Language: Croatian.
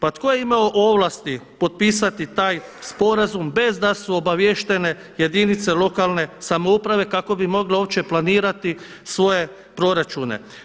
Pa tko je imao ovlasti potpisati taj sporazum bez da su obaviještene jedinice lokalne samouprave kako bi mogle uopće planirati svoje proračune.